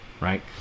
right